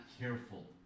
careful